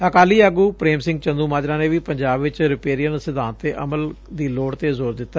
ਅਕਾਲੀ ਆਗੁ ਪ੍ਰੇਮ ਸਿੰਘ ਚੰਦੁਮਾਜਰਾ ਨੇ ਵੀ ਪੰਜਾਬ ਵਿਚ ਰਿਪੇਰੀਅਨ ਸਿਧਾਂਤ ਤੇ ਅਮਲ ਦੀ ਲੋੜ ਤੇ ਜ਼ੋਰ ਦਿੱਤਾ